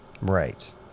Right